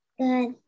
Good